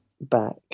back